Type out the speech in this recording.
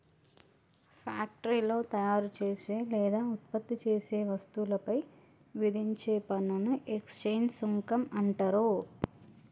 ఫ్యాక్టరీలో తయారుచేసే లేదా ఉత్పత్తి చేసే వస్తువులపై విధించే పన్నుని ఎక్సైజ్ సుంకం అంటరు